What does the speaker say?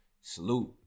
salute